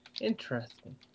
Interesting